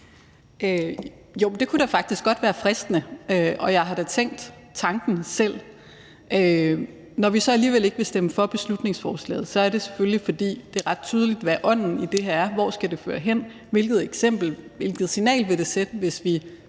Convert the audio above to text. Jo, det kunne da faktisk godt være fristende, og jeg har da tænkt tanken selv. Når vi så alligevel ikke vil stemme for beslutningsforslaget, er det selvfølgelig, fordi det er ret tydeligt, hvad ånden i det her er – hvor det skal føre hen, og hvilket signal det vil sende, hvis vi